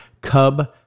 Cub